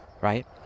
Right